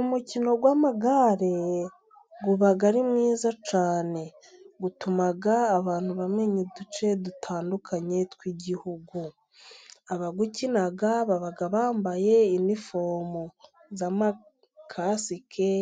Umukino w'amagare uba ari mwiza cyane, utuma abantu bamenya uduce dutandukanye tw'igihugu, abawukina baba bambaye inifomo za kasike